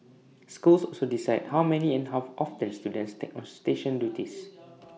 schools also decide how many and how often students take on station duties